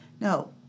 No